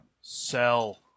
Sell